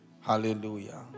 Hallelujah